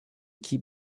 keep